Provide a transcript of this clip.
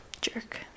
Jerk